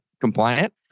compliant